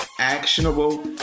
actionable